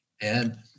And-